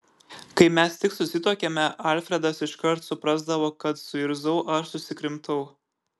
kai mes tik susituokėme alfredas iškart suprasdavo kad suirzau ar susikrimtau